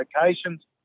locations